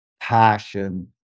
passion